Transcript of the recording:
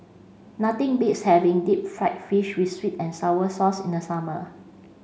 nothing beats having deep fried fish with sweet and sour sauce in the summer